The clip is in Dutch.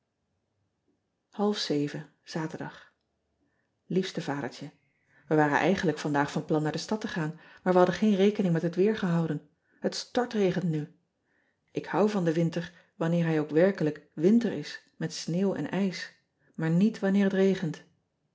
aterdag iefste adertje e waren eigenlijk vandaag van plan naar de stad te gaan maar we hadden geen rekening met het weer gehouden het stortregent nu k houd van den winter wanneer hij ook werkelijk winter is met sneeuw en ijs maar niet wanneer het regent